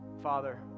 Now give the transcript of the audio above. Father